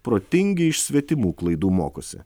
protingi iš svetimų klaidų mokosi